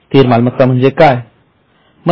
स्थिर मालमत्ता म्हणजे काय